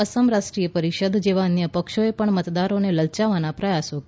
અસમ રાષ્ટ્રીય પરિષદ જેવા અન્ય પક્ષો પણ મતદારોને લલચાવવાના પ્રયાસ કરી રહી છે